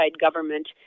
government